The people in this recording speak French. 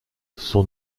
son